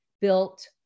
built